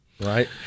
right